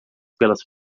pelas